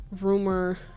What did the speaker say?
rumor